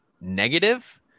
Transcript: negative